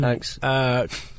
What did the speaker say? thanks